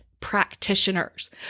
practitioners